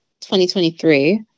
2023